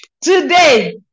Today